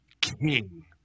king